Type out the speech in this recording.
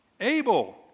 Abel